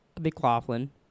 McLaughlin